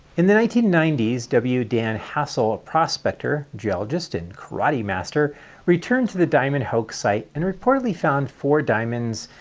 in the nineteen ninety s w. dan hausel a prospector, geologist, karate karate master returned to the diamond hoax site, and reportedly found four diamonds,